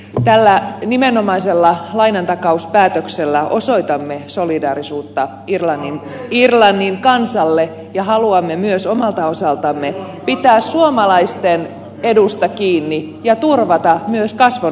tällä nimenomaisella lainantakauspäätöksellä osoitamme solidaarisuutta irlannin kansalle ja haluamme myös omalta osaltamme pitää suomalaisten edusta kiinni ja turvata myös kasvun mahdollisuuksia